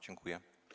Dziękuję.